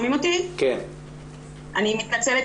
אני מתנצלת,